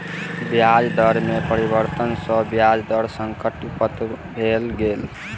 ब्याज दर में परिवर्तन सॅ ब्याज दर संकट उत्पन्न भ गेल